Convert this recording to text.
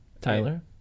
tyler